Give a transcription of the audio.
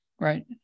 Right